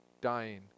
dying